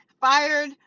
fired